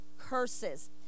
curses